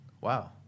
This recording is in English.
wow